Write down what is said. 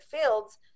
fields